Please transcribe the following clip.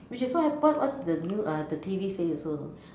which is what happened what the new uh the T_V say also you know